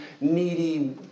needy